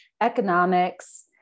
economics